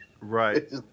Right